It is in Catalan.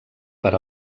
per